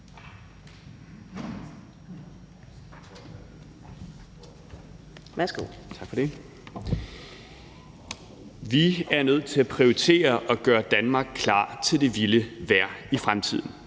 Vi er nødt til at prioritere og gøre Danmark klar til det vilde vejr i fremtiden.